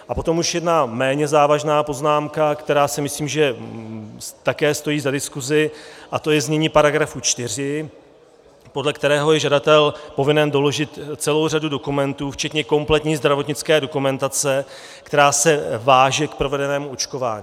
A potom už jedna méně závažná poznámka, která si myslím, že také stojí za diskuzi, a to je znění § 4, podle kterého je žadatel povinen doložit celou řadu dokumentů, včetně kompletní zdravotnické dokumentace, která se váže k provedenému očkování.